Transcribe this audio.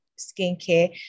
skincare